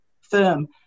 firm